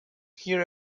hear